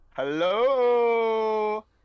hello